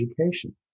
education